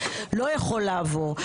לא יכול לעבור.